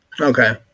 Okay